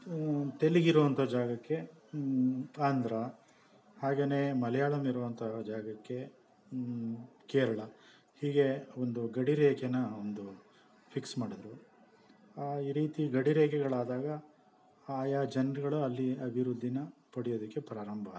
ತೆಲುಗು ಇರೋ ಅಂಥ ಜಾಗಕ್ಕೆ ಆಂಧ್ರ ಹಾಗೆಯೇ ಮಾಲಯಾಳಮ್ ಇರುವಂಥ ಜಾಗಕ್ಕೆ ಕೇರಳ ಹೀಗೆ ಒಂದು ಗಡಿ ರೇಖೆನಾ ಒಂದು ಫಿಕ್ಸ್ ಮಾಡಿದ್ರು ಈ ರೀತಿ ಗಡಿ ರೇಖೆಗಳಾದಾಗ ಆಯಾ ಜನರುಗಳು ಅಲ್ಲಿ ಅಭಿವೃದ್ಧಿನ ಪಡೆಯೋದಕ್ಕೆ ಪ್ರಾರಂಭ ಆದವು